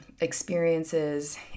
experiences